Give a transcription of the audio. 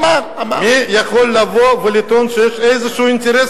"מי יכול לבוא ולטעון שיש איזה אינטרס